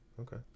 Okay